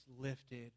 lifted